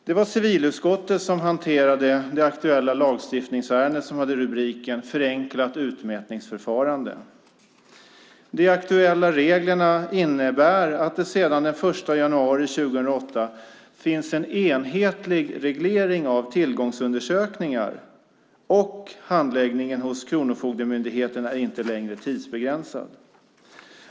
Det var civilutskottet som hanterade det aktuella lagstiftningsärendet som hade rubriken Förenklat utmätningsförfarande . De aktuella reglerna innebär att det sedan den 1 januari 2008 finns en enhetlig reglering av tillgångsundersökningar, och handläggningen hos Kronofogdemyndigheten är inte längre tidsbegränsad.